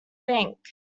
bank